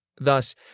Thus